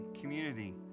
community